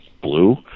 blue